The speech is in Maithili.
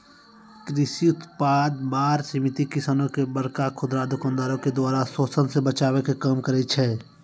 कृषि उत्पाद बार समिति किसानो के बड़का खुदरा दुकानदारो के द्वारा शोषन से बचाबै के काम करै छै